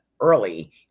early